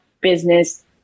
business